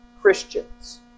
Christians